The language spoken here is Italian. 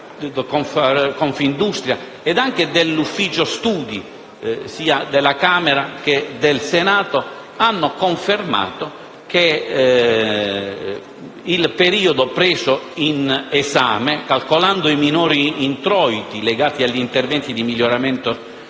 Confindustria - e gli elaborati degli Uffici studi sia della Camera che del Senato hanno confermato che il periodo preso in esame, calcolando i minori introiti legati agli interventi di miglioramento